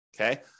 okay